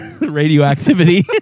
radioactivity